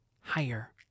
higher